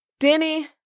Denny